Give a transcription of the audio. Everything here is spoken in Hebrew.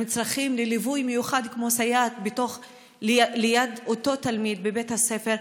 עם צרכים של ליווי מיוחד כמו סייעת ליד אותו תלמיד בבית הספר,